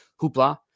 hoopla